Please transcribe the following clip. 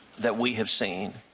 that we have seen,